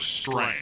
strength